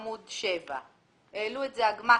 עמוד 7. העלו את זה הגמ"חים,.